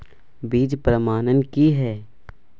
बीज प्रमाणन की हैय?